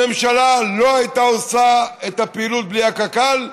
הממשלה לא הייתה עושה את הפעילות בלי קק"ל.